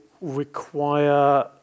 require